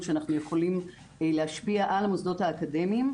שאנחנו יכולים להשפיע על המוסדות האקדמיים,